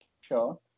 Sure